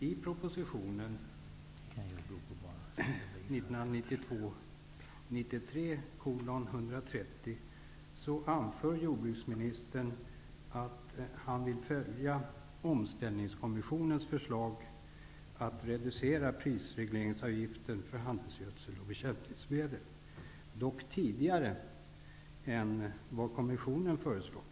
I proposition 1992/93:130 anför jordbruksministern att han vill följa omställningskommissionens förslag att reducera prisregleringsavgiften för handelsgödsel och bekämpningsmedel, dock tidigare än vad kommissionen föreslagit.